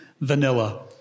Vanilla